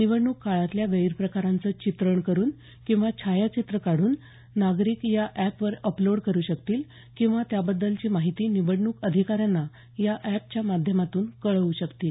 निवडणूक काळातल्या गैरप्रकारांचं चित्रण करून किंवा छायाचित्र काढून नागरिक या अॅपवर अपलोड करू शकतील किंवा त्याबद्दलची माहिती निवडणूक अधिकाऱ्यांना या अॅपच्या माध्यमातून कळवू शकतील